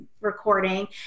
recording